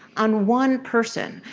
on one person.